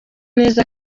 neza